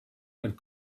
had